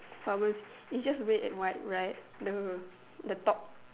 pharma~ it's just red and white right the the top